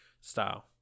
style